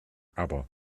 aber